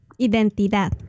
Identidad